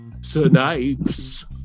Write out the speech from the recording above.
Snipes